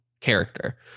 character